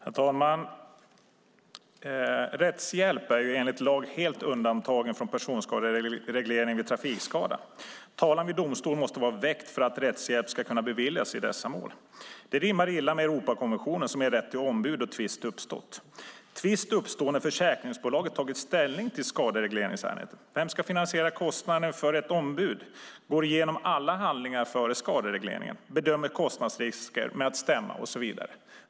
Herr talman! Rättshjälp är enligt lag helt undantagen från personskadereglering vid trafikskada. Talan vid domstol måste vara väckt för att rättshjälp ska kunna beviljas i dessa mål. Detta rimmar illa med Europakonventionen, som ger rätt till ombud då tvist uppstått. Tvist uppstår när försäkringsbolaget tagit ställning i skaderegleringsärendet. Vem ska finansiera kostnaden för att ett ombud går igenom handlingar från skaderegleringen, bedömer kostnadsrisker med att stämma och så vidare?